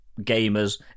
gamers